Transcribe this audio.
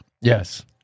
Yes